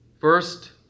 First